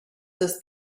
does